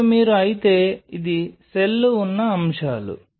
ఇప్పుడు మీరు అయితే ఇది సెల్లు ఉన్న అంశాలు